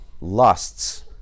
lusts